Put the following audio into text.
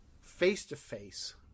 face-to-face